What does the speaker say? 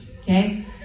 okay